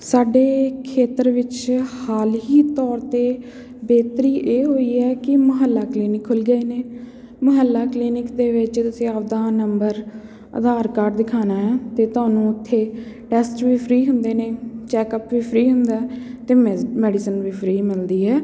ਸਾਡੇ ਖੇਤਰ ਵਿੱਚ ਹਾਲ ਹੀ ਤੌਰ 'ਤੇ ਬੇਹਤਰੀ ਇਹ ਹੋਈ ਹੈ ਕਿ ਮਹੱਲਾ ਕਲੀਨਿਕ ਖੁੱਲ੍ਹ ਗਏ ਨੇ ਮਹੱਲਾ ਕਲੀਨਿਕ ਦੇ ਵਿੱਚ ਤੁਸੀਂ ਆਪਣਾ ਨੰਬਰ ਅਧਾਰ ਕਾਰਡ ਦਿਖਾਉਣਾ ਹੈ ਅਤੇ ਤੁਹਾਨੂੰ ਇੱਥੇ ਟੈਸਟ ਵੀ ਫਰੀ ਹੁੰਦੇ ਨੇ ਚੈੱਕਅਪ ਵੀ ਫਰੀ ਹੁੰਦਾ ਅਤੇ ਮੈਜ਼ ਮੈਡੀਸਨ ਵੀ ਫਰੀ ਮਿਲਦੀ ਹੈ